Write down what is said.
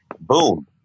boom